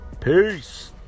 Peace